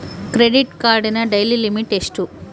Credit ಕಾರ್ಡಿನ daily limit ಎಷ್ಟು?